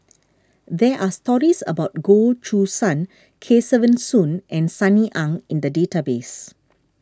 there are stories about Goh Choo San Kesavan Soon and Sunny Ang in the database